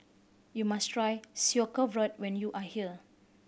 you must try Sauerkraut when you are here